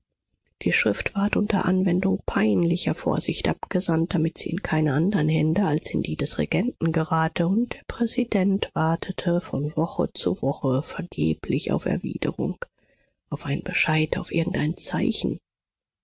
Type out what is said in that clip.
die schrift ward unter anwendung peinlicher vorsicht abgesandt damit sie in keine andern hände als in die des regenten gerate und der präsident wartete von woche zu woche vergeblich auf erwiderung auf einen bescheid auf irgendein zeichen